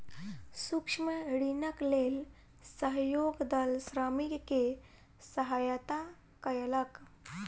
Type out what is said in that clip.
सूक्ष्म ऋणक लेल सहयोग दल श्रमिक के सहयता कयलक